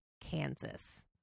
Kansas